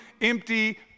empty